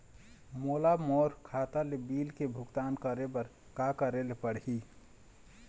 मोला मोर खाता ले बिल के भुगतान करे बर का करेले पड़ही ही?